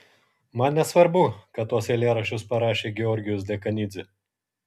man nesvarbu kad tuos eilėraščius parašė georgijus dekanidzė